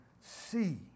see